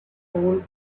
gold